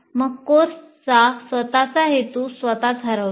मग कोर्सचा स्वतःचा हेतू स्वतःच हरवतो